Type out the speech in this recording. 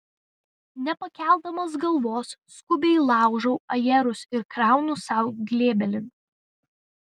nepakeldamas galvos skubiai laužau ajerus ir kraunu sau glėbelin